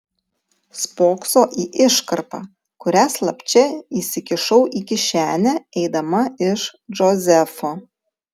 spokso į iškarpą kurią slapčia įsikišau į kišenę eidama iš džozefo